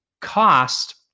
cost